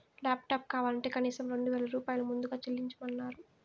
laptop కావాలంటే కనీసం రెండు వేల రూపాయలు ముందుగా చెల్లించమన్నరు